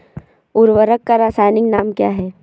उर्वरक का रासायनिक नाम क्या है?